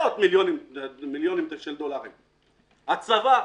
כל הכלים של הצבא,